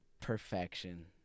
perfection